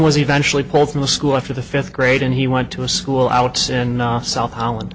was eventually pulled from the school after the fifth grade and he went to a school out soon enough south holland